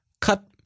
cut